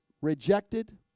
rejected